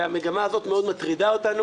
והמגמה הזאת מאוד מטרידה אותנו